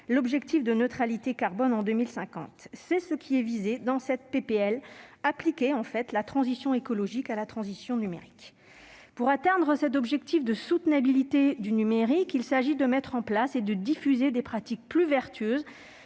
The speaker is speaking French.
l'objectif de neutralité carbone en 2050. C'est ce qui est visé dans cette PPL : appliquer la transition écologique à la transition numérique. Pour atteindre cet objectif de soutenabilité du numérique, il s'agit de mettre en place et de diffuser des pratiques plus vertueuses,